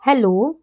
hello